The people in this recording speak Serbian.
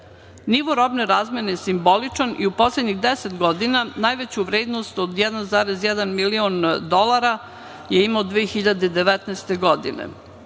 robne razmene je simboličan i u poslednjih 10 godina najveću vrednost od 1,1 milion dolara je imao 2019. godine.